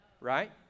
right